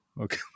Okay